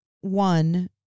one